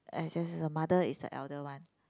I guess the mother is the elder one